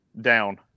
down